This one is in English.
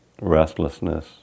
restlessness